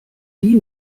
die